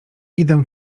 idę